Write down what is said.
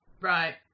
Right